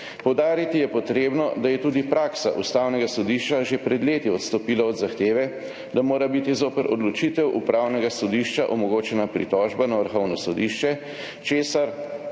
Poudariti je potrebno, da je tudi praksa ustavnega sodišča že pred leti odstopila od zahteve, da mora biti zoper odločitev Upravnega sodišča omogočena pritožba na Vrhovno sodišče, česar